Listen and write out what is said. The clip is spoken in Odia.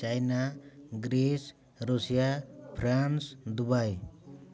ଚାଇନା ଗ୍ରୀସ୍ ରୁଷିଆ ଫ୍ରାନ୍ସ୍ ଦୁବାଇ